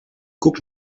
guck